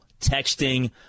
texting